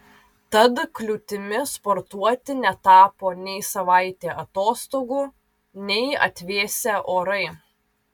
tad kliūtimi sportuoti netapo nei savaitė atostogų nei atvėsę orai